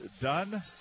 done